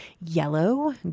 yellow